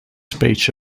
speech